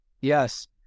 Yes